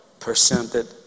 presented